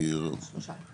הצבעה בעד,